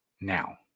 now